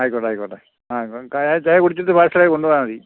ആയിക്കോട്ടെ ആയിക്കോട്ടെ ആ ചായ കുടിച്ചിട്ട് പാർസൽ ആയി കൊണ്ട് പോയാൽ മതി